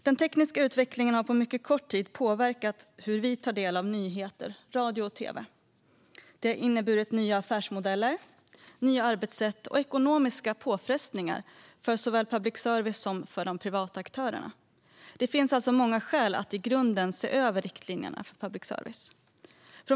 Den tekniska utvecklingen har på mycket kort tid påverkat hur vi tar del av nyheter, radio och tv. Det har inneburit nya affärsmodeller, nya arbetssätt och ekonomiska påfrestningar för såväl public service som privata aktörer. Det finns alltså många skäl att i grunden se över riktlinjerna för public service.